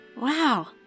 Wow